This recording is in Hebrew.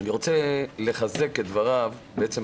אני רוצה לחזק את ההצעה